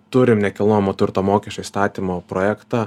turim nekilnojamo turto mokesčio įstatymo projektą